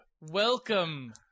Welcome